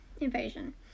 invasion